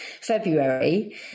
February